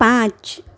પાંચ